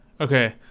okay